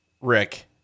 Rick